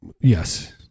yes